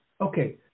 Okay